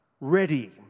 ready